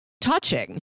touching